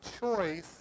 choice